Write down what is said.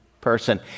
person